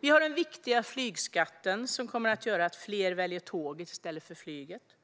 Vi har den viktiga flygskatten, som kommer att göra att fler väljer tåget i stället för flyget,